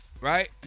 right